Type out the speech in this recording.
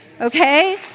Okay